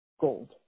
Gold